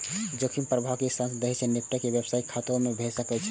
जोखिम सं प्रभावी ढंग सं नहि निपटै पर व्यवसाय खतमो भए सकैए